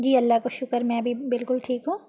جی اللّہ کا شکر میں بھی بالکل ٹھیک ہوں